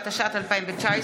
דרך ההתנהלות המיטבית.